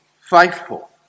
faithful